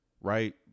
right